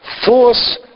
force